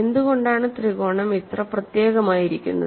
എന്തുകൊണ്ടാണ് ത്രികോണം ഇത്ര പ്രത്യേകമായിരിക്കുന്നത്